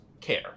care